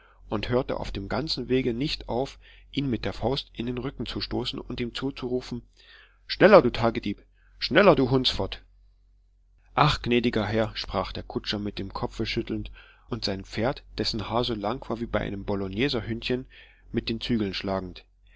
und hörte auf dem ganzen wege nicht auf ihn mit der faust in den rücken zu stoßen und ihm zuzurufen schneller du tagedieb schneller du hundsfott ach gnädiger herr sprach der kutscher mit dem kopfe schüttelnd und sein pferd dessen haar so lang war wie bei einem bologneserhündchen mit den zügeln schlagend